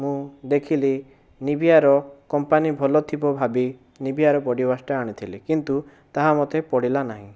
ମୁଁ ଦେଖିଲି ନିବିଆର କମ୍ପାନି ଭଲ ଥିବ ଭାବି ନିବିଆର ବୋଡିୱାସଟା ଆଣିଥିଲି କିନ୍ତୁ ତାହା ମୋତେ ପଡ଼ିଲା ନାହିଁ